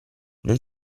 non